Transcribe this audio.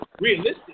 realistic